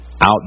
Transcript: out